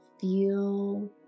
feel